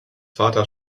vater